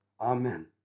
Amen